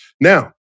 Now